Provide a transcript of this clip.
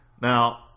now